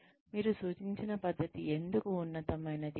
మీరు సూచించిన పద్ధతి ఎందుకు ఉన్నతమైనదో చూపించండి